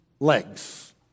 Legs